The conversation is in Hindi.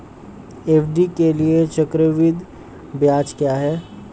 एफ.डी के लिए चक्रवृद्धि ब्याज क्या है?